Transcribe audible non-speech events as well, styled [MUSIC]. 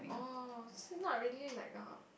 oh so not really like a [NOISE]